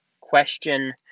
question